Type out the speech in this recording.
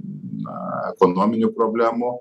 na ekonominių problemų